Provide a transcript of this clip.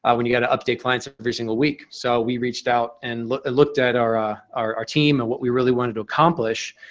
ah when you got to update clients every single week. so we reached out and looked at looked at our ah our team and what we really wanted to accomplish.